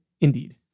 Indeed